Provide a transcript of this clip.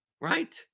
Right